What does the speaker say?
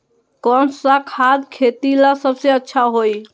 कौन सा खाद खेती ला सबसे अच्छा होई?